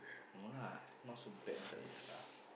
no lah not so bad until like that lah